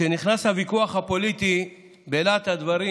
כשנכנס הוויכוח הפוליטי בלהט הדברים,